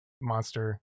monster